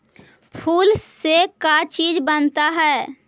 फूल से का चीज बनता है?